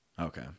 Okay